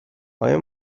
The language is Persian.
ایا